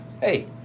Hey